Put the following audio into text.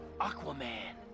Aquaman